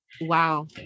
Wow